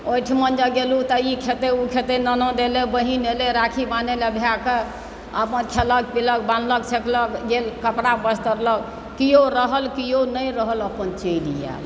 ओहिठिमन जे गेलहुँ तऽ ई खेतै ओ खेतै ननद अयलै बहीन अयलै राखी बान्है लेल भायके अपन खेलक पिलक बान्हलक छेकलक गेल कपड़ा बस्तर लऽ किओ रहल किओ नहि रहल अपन चलि आएल